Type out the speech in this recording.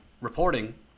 reporting